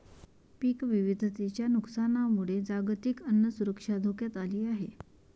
पीक विविधतेच्या नुकसानामुळे जागतिक अन्न सुरक्षा धोक्यात आली आहे